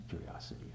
curiosity